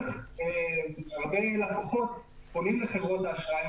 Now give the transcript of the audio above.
והרבה לקוחות פונים לחברות האשראי,